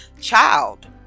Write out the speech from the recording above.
child